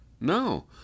No